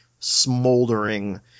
smoldering